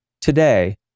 today